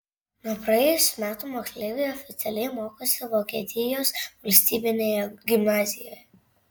nuo praėjusių metų moksleiviai oficialiai mokosi vokietijos valstybinėje gimnazijoje